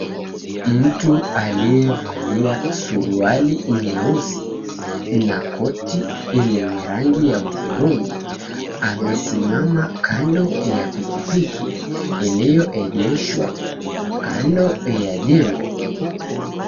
Mtu aliyevalia suruari nyeusi na koti yenye rangi ya hudhurungi, amesimama kando ya pikipiki iliyoegeshwa kando ya jengo.